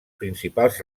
principals